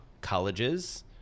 colleges